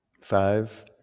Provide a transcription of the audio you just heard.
Five